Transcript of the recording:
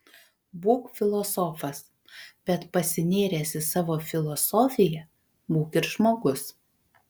būk filosofas bet pasinėręs į savo filosofiją būk ir žmogus